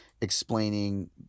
explaining